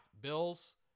Bills